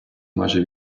майже